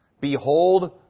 Behold